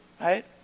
right